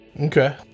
Okay